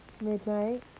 midnight